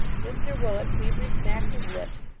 mr willet feebly smacked his lips,